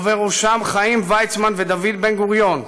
ובראשם חיים ויצמן ודוד בן-גוריון,